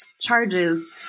charges